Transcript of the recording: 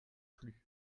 plus